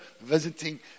visiting